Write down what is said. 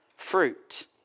fruit